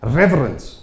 reverence